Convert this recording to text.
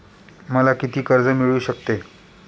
मला किती कर्ज मिळू शकते?